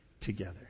together